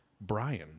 Brian